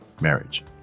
marriage